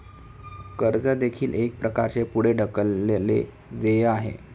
कर्ज देखील एक प्रकारचे पुढे ढकललेले देय आहे